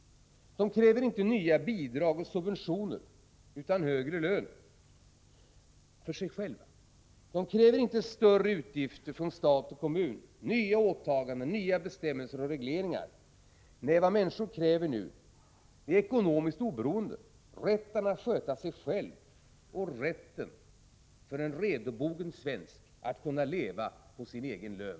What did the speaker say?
De kräver inte nya bidrag och subventioner, utan högre lön. De kräver inte större offentliga utgifter, nya åtaganden, nya bestämmelser och regleringar. De kräver nu ekonomiskt oberoende, rätt att sköta sig själv och rätten för en redobogen svensk att kunna leva på sin egen lön.